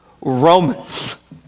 Romans